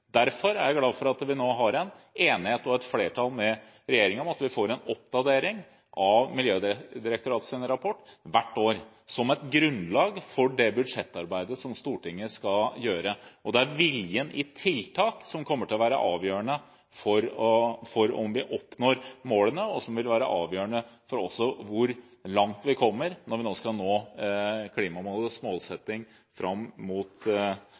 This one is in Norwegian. Derfor er jeg glad for at vi nå har en enighet, og et flertall, med regjeringen om at vi får en oppdatering av Miljødirektoratets rapport hvert år, som et grunnlag for det budsjettarbeidet som Stortinget skal gjøre. Det er viljen i tiltak som kommer til å være avgjørende for om vi oppnår målene, og som vil være avgjørende også for hvor langt vi kommer, når vi nå skal nå klimamålene fram mot